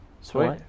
sweet